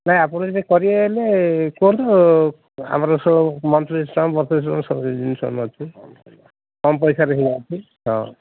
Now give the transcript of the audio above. ନାଇଁ ଆପଣ ଯଦି କରିବେ ହେଲେ କୁହନ୍ତୁ ଆମର ସବୁ ମନ୍ଥଲି ସିଷ୍ଟମ୍ ସବୁ ଜିନିଷ ଅଛି କମ୍ ପଇସାରେ ଅଛି ହଁ